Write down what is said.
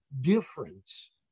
difference